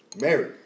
Married